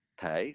thể